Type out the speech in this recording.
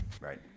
Right